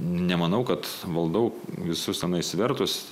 nemanau kad valdau visus svertus